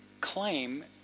claim